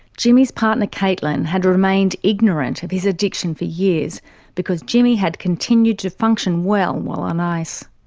jimmy's partner caitlin had remained ignorant of his addiction for years because jimmy had continued to function well while on ice.